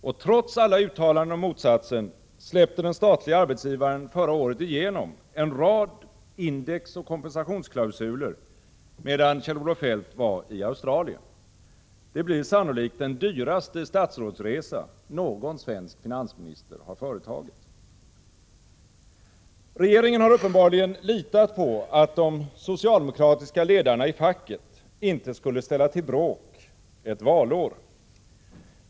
Och trots alla uttalanden om motsatsen släppte den statliga arbetsgivaren förra året igenom en rad indexoch kompensationsklausuler medan Kjell-Olof Feldt var i Australien. Det blir sannolikt den dyraste statsrådsresa någon svensk finansminister har företagit. Regeringen har uppenbarligen litat på att de socialdemokratiska ledarna i facket inte skulle ställa till bråk ett valår.